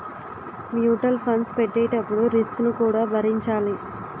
mutual funds పెట్టేటప్పుడు risk ను కూడా భరించాలి